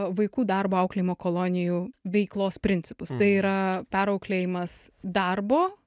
vaikų darbo auklėjimo kolonijų veiklos principus tai yra perauklėjimas darbo